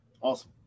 Awesome